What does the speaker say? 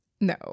No